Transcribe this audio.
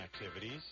activities